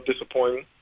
disappointing